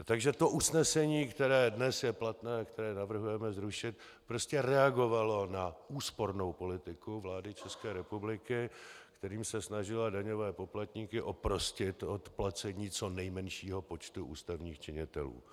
Takže usnesení, které dnes je platné, které navrhujeme zrušit, prostě reagovalo na úspornou politiku vlády České republiky, kterým se snažila daňové poplatníky oprostit od placení co nejmenšího počtu ústavních činitelů.